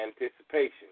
anticipation